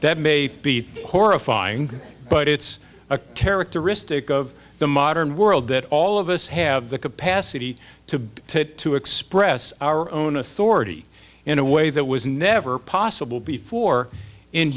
that may be horrifying but it's a characteristic of the modern world that all of us have the capacity to to express our own authority in a way that was never possible before in